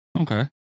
Okay